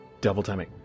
double-timing